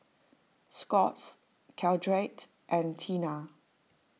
Scott's Caltrate and Tena